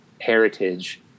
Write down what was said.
heritage